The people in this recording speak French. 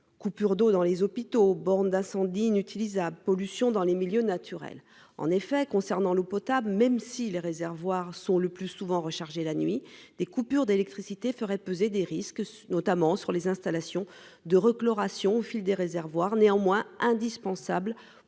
Coupures d'eau dans les hôpitaux bornes d'incendie inutilisables pollution dans les milieux naturels en effet concernant l'eau potable, même si les réservoirs sont le plus souvent recharger la nuit, des coupures d'électricité ferait peser des risques notamment sur les installations de reclodée, passion au fil des réservoirs néanmoins indispensable